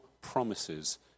promises